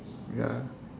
ya